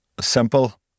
simple